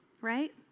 right